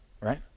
right